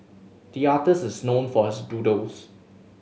the artist is known for his doodles